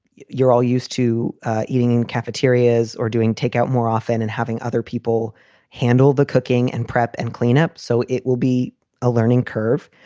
you're all used to eating in cafeterias or doing takeout more often and having other people handle the cooking and prep and clean up. so it will be a learning curve.